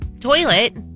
toilet